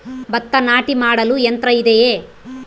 ಭತ್ತ ನಾಟಿ ಮಾಡಲು ಯಂತ್ರ ಇದೆಯೇ?